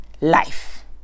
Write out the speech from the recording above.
life